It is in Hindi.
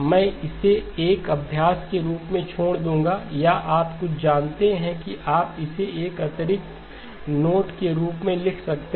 मैं इसे एक अभ्यास के रूप में छोड़ दूंगा या आप कुछ जानते हैं कि आप इसे एक अतिरिक्त नोट के रूप में लिख सकते हैं